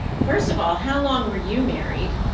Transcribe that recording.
yeah first of all, how long were you married.